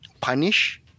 punish